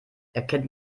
erkennt